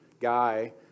guy